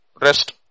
rest